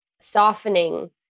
softening